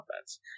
offense